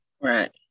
right